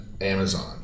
Amazon